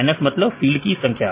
विद्यार्थी फील्ड की संख्या